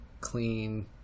clean